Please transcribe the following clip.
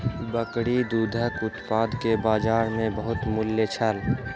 बकरी दूधक उत्पाद के बजार में बहुत मूल्य छल